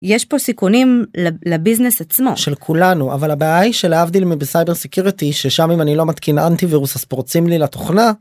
יש פה סיכונים לביזנס עצמו של כולנו אבל הבעיה היא שלהבדיל מבCyberSecurity ששם אם אני לא מתקין אנטיוירוס אז פורצים לי לתוכנה.